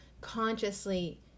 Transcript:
consciously